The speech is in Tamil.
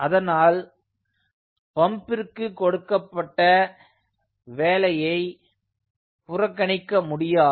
அதனால் பம்பிற்கு கொடுக்கப்பட்ட வேலையை புறக்கணிக்க முடியாது